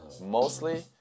Mostly